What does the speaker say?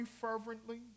fervently